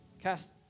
Cast